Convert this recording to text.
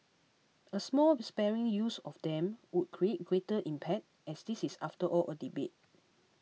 a small respiring use of them would create greater impact as this is after all a debate